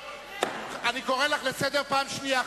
אני קורא לך לסדר פעם שנייה,